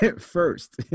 First